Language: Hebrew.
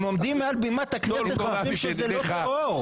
הם עומדים מעל בימת הכנסת ואומרים שזה לא טרור.